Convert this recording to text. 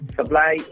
Supply